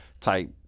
type